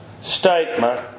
statement